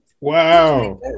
wow